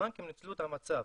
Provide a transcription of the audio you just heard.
הבנקים ניצלו את המצב,